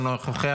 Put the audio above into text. אינו נוכח,